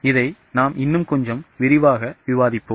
இதை இன்னும் கொஞ்சம் விரிவாக விவாதிப்போம்